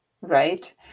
right